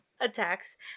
Attacks